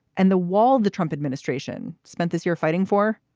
and the wall the trump administration spent this year fighting for.